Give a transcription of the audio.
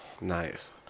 Nice